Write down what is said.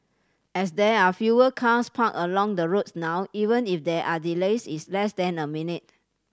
as there are fewer cars parked along the roads now even if there are delays it's less than a minute